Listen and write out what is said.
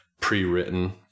pre-written